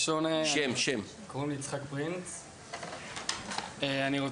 שמי יצחק פרינץ, אני ממועצת התלמידים הארצית.